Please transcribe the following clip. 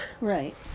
right